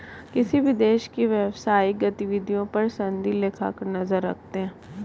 किसी भी देश की व्यवसायिक गतिविधियों पर सनदी लेखाकार नजर रखते हैं